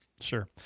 Sure